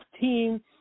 team